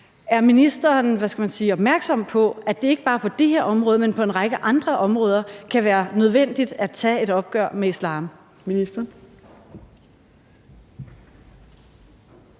Er ministeren opmærksom på, at det ikke bare på det her område, men på en række andre områder kan være nødvendigt at tage et opgør med islam?